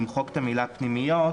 למחוק את המילה "פנימיות",